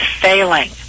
failing